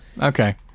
okay